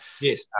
Yes